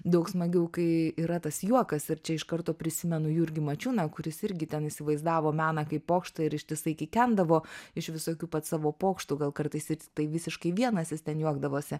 daug smagiau kai yra tas juokas ir čia iš karto prisimenu jurgį mačiūną kuris irgi ten įsivaizdavo meną kaip pokštą ir ištisai kikendavo iš visokių pats savo pokštų gal kartais tai visiškai vienas jis ten juokdavosi